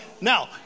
Now